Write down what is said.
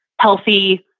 healthy